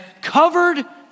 covered